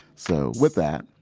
so with that,